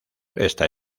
está